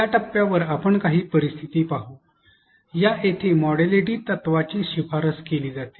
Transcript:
या टप्प्यावर आपण काही परिस्थिती पाहू या जेथे मोडॅलिटी तत्त्वाची शिफारस केली जाते